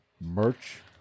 merch